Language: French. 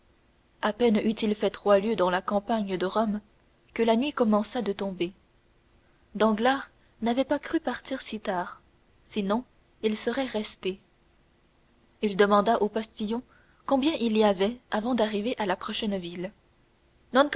à peine eut-il fait trois lieues dans la campagne de rome que la nuit commença de tomber danglars n'avait pas cru partir si tard sinon il serait resté il demanda au postillon combien il y avait avant d'arriver à la prochaine ville